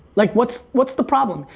like what's what's the problem?